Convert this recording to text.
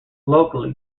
locally